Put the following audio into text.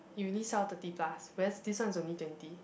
it really sell thirty plus whereas this one's only twenty